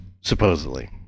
supposedly